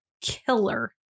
killer